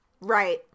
Right